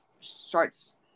starts